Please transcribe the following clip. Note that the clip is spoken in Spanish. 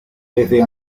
desde